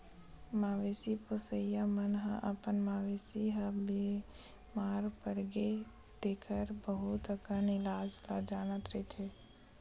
मवेशी पोसइया मन ह अपन मवेशी ह बेमार परगे तेखर बहुत अकन इलाज ल जानत रहिथे